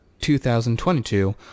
2022